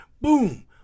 boom